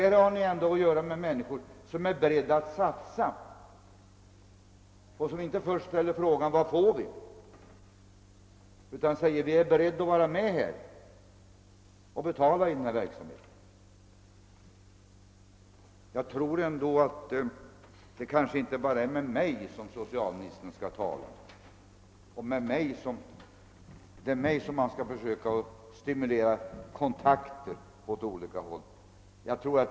Här har vi ändå att göra med människor som är beredda att satsa och som inte först ställer frågan: Vad får vi? Nej, de är beredda att vara med och betala för denna verk Det är nog inte bara mig som socialministern skall tala med och som han skall försöka stimulera till kontakter åt olika håll.